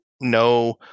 no